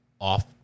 off